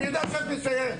הישיבה ננעלה